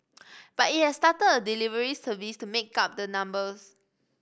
but it has started a delivery service to make up the numbers